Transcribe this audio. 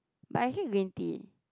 but I hate green tea